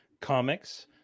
comics